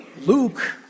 Luke